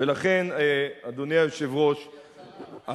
ולכן, אדוני היושב-ראש,